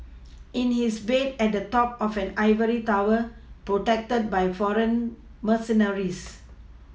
in his bed at the top of an ivory tower protected by foreign mercenaries